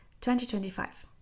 2025